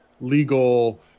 legal